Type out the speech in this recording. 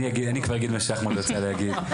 אני כבר אגיד מה שאחמד רצה להגיד.